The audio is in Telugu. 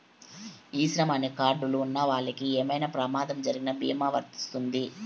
ఈ శ్రమ్ అనే కార్డ్ లు ఉన్నవాళ్ళకి ఏమైనా ప్రమాదం జరిగిన భీమా వర్తిస్తుంది